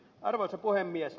arvoisa puhemies